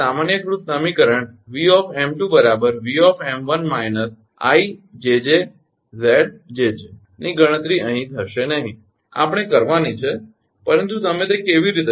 તેથી સામાન્યીકૃત સમીકરણ 𝑉𝑚2 𝑉𝑚1 − 𝐼𝑗𝑗𝑍𝑗𝑗 ની ગણતરી અહીં થશે નહી આપણે કરવાની છે પરંતુ તમે તે કેવી રીતે કરશો